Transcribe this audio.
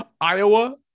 Iowa